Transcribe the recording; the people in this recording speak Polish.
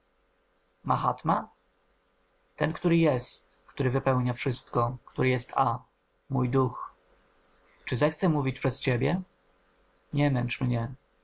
mahatma ten który jest który wypełnia wszystko który jest a mój duch czy zechce mówić przez ciebie nie męcz mnie